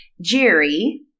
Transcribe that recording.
Jerry